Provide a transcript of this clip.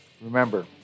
remember